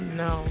no